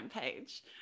page